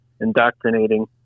indoctrinating